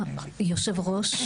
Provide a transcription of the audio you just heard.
יושב הראש,